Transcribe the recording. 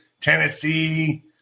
Tennessee